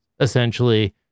essentially